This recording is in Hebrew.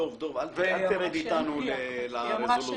דב, אל תרד איתנו לרזולוציות.